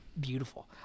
beautiful